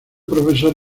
profesor